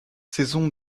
saisons